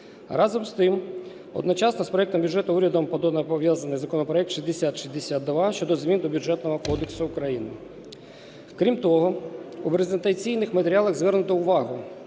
Разом з тим одночасно з проектом бюджету урядом подано пов'язаний законопроект 6062 щодо змін до Бюджетного кодексу України. Крім того, у презентаційних матеріалах звернуто увагу